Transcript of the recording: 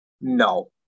No